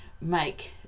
make